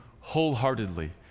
wholeheartedly